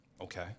Okay